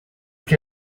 que